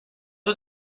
was